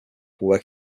were